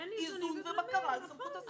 היועץ המשפטי של המשרד לא ממנה השרה.